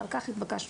ועל כך התבקשנו.